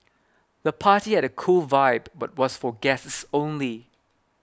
the party had a cool vibe but was for guests only